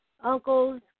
Uncles